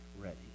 ready